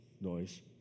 Noise